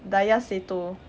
daiya seto